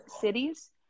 cities